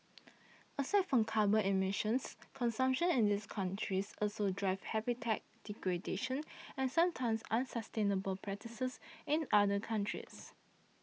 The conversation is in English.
aside from carbon emissions consumption in these countries also drives habitat degradation and sometimes unsustainable practices in other countries